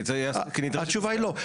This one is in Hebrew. כי --- התשובה היא לא,